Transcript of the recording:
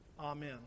Amen